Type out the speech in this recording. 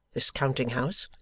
this counting-house,